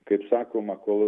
kaip sakoma kol